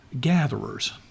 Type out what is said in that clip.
gatherers